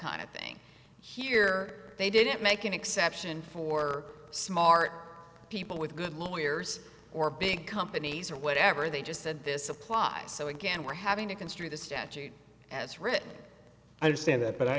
kind of thing here they didn't make an exception for smart people with good lawyers or big companies or whatever they just said this applies so again we're having to construe the statute as written i understand that but i